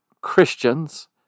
Christians